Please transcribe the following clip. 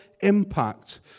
impact